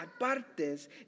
apartes